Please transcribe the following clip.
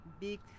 big